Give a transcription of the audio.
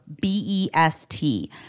B-E-S-T